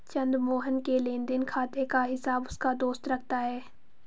चंद्र मोहन के लेनदेन खाते का हिसाब उसका दोस्त रखता है